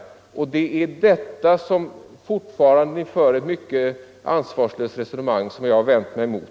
Det är om detta som ni fortfarande för ett lättsinnigt resonemang, vilket jag vänder mig emot.